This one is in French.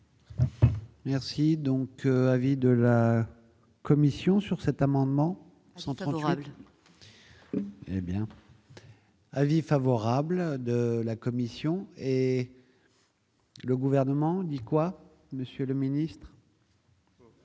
Merci donc avis de la Commission sur cet amendement Santropol. Eh bien. Avis favorable de la commission et. Le gouvernement dit quoi, monsieur le Ministre.